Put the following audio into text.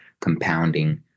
compounding